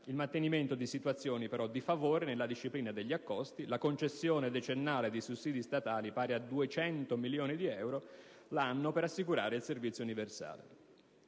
il mantenimento però di situazioni di favore nella disciplina degli accosti e la concessione decennale di sussidi statali pari a 200 milioni di euro l'anno per assicurare il servizio universale.